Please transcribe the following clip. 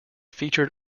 featured